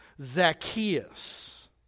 Zacchaeus